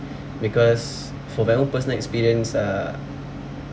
because for my own personal experience uh